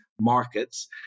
markets